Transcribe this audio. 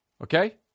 Okay